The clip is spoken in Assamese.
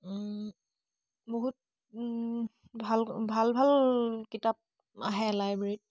বহুত ভাল ভাল ভাল কিতাপ আহে লাইব্ৰেৰীত